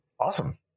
Awesome